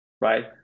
right